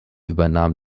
übernahm